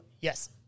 Yes